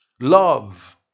Love